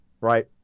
right